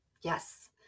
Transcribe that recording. Yes